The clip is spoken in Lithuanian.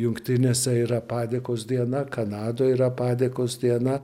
jungtinėse yra padėkos diena kanadoj yra padėkos diena